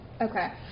Okay